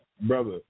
brother